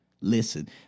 Listen